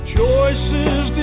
Choices